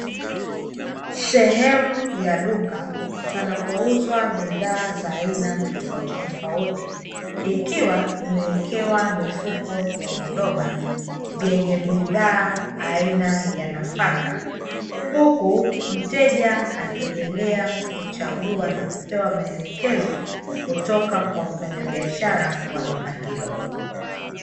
Sehemu ya duka panapouzwa bidhaa za aina tofautitofauti, ikiwa imewekewa mifuko ya viroba, yenye bidhaa aina ya nafaka. Huku mteja akiendelea kuchagua na kupewa maelekezo, kutoka kwa mfanyabiashara wa duka hilo.